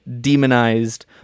demonized